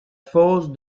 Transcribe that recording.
fosse